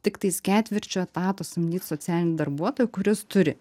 tiktais ketvirčiu etato samdyt socialinį darbuotoją kuris turi